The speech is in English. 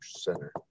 Center